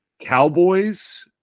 Cowboys